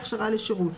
הכשרה לשירות.